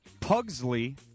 Pugsley